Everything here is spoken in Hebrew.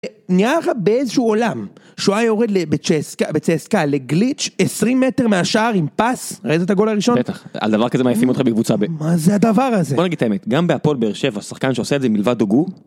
נראה לך באיזשהו עולם שהוא היה יורד בצסקה בצסקה לגליץ' 20 מטר מהשאר עם פס ראית את הגול הראשון? בטח על דבר כזה מעיפים אותך בקבוצה ב... מה זה הדבר הזה? בוא נגיד האמת גם בהפועל באר שבע שחקן שעושה את זה מלבד דוגו.